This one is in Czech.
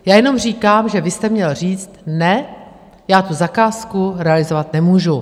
Já jenom říkám, že vy jste měl říct: Ne, já tu zakázku realizovat nemůžu.